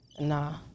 Nah